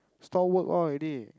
store work all already